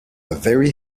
very